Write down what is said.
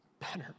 better